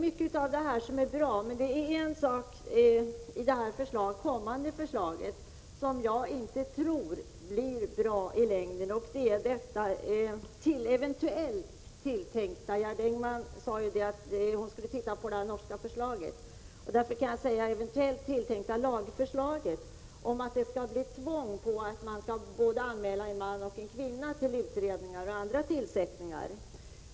Mycket av detta är svårt, men en sak i det kommande förslaget tror jag inte blir bra i längden. Det gäller det eventuellt tilltänkta — Gerd Engman sade att hon skulle se på det norska förslaget — lagförslaget om att det skall bli tvång på att anmäla både en man och en kvinna till utredningar och andra tillsättningar.